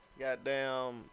Goddamn